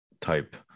type